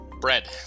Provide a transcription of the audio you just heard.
bread